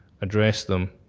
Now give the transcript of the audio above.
address them,